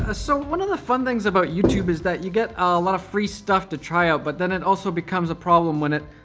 ah so, one of the fun things about youtube is that you get a lot of free stuff to try out, but then it also becomes a problem when it